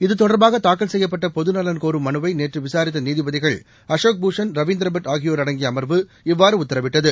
இத்தொடர்பாக தாக்கல் செய்யப்பட்ட பொதுநலன் கோரும் மனுவை நேற்று விசாரித்த நீதிபதிகள் அஷோக் பூஷன் ரவீந்திர பட் ஆகியோர் அடங்கிய அமர்வு இவ்வாறு உத்தரவிட்டது